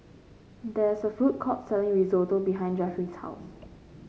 there is a food court selling Risotto behind Jeffry's house